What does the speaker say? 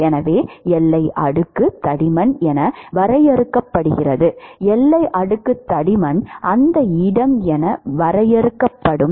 எனவே எல்லை அடுக்கு தடிமன் என வரையறுக்கப்படுகிறது எல்லை அடுக்கு தடிமன் அந்த இடம் என வரையறுக்கப்படும் இடம்